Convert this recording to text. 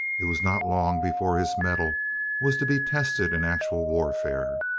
it was not long before his mettle was to be tested in actual warfare.